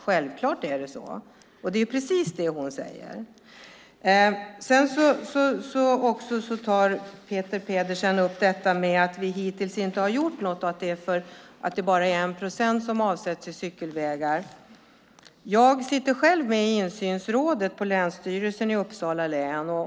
Självklart är det så. Det är precis det hon säger. Peter Pedersen tar upp att vi hittills inte har gjort något och att det bara är 1 procent som avsätts till cykelvägar. Jag sitter själv med i insynsrådet vid länsstyrelsen i Uppsala län.